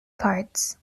parts